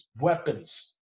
weapons